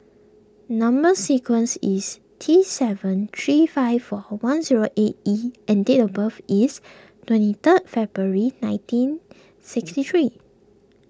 Number Sequence is T seven three five four one zero eight E and date of birth is twenty third February nineteen sixty three